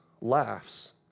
laughs